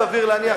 סביר להניח,